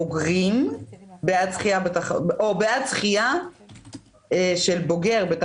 אליפויות אירופה או אליפות מוכרת לפי העניין לבוגרים בעד זכייה של בוגר.